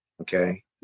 Okay